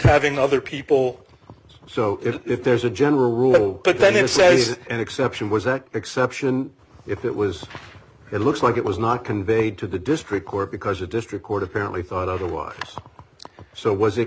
having other people so if there's a general rule but then it says an exception was that exception if it was it looks like it was not conveyed to the district court because the district court apparently thought otherwise so was it